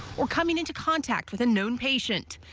well coming into contact with a known patient.